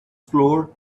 floor